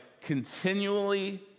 continually